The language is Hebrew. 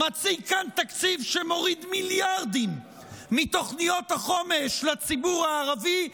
מציג כאן תקציב שמוריד מיליארדים מתוכניות החומש לציבור הערבי,